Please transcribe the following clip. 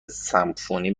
سمفونی